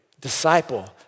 disciple